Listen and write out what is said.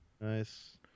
Nice